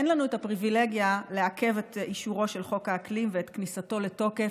אין לנו את הפריבילגיה לעכב את אישורו של חוק האקלים ואת כניסתו לתוקף,